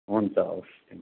हुन्छ हवस् थ्याङ्क